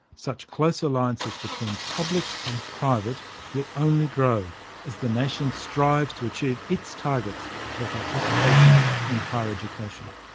such close alliances between public and private will only grow as the nation strives to achieve its targets for participation in higher education.